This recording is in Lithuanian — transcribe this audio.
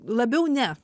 labiau ne